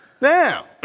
Now